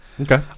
Okay